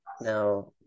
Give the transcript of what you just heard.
now